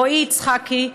רועי יצחקי,